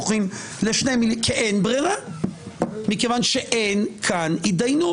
ואז לשני מיליון כי אין ברירה כי אין פה הידיינות.